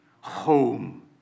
home